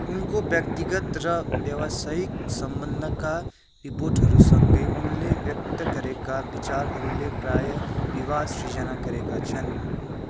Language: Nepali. उनको व्यक्तिगत र व्यावसायिक सम्बन्धका रिपोर्टहरूसँगै उनले व्यक्त गरेका विचारहरूले प्रायः विवाद सिर्जना गरेका छन्